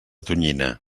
tonyina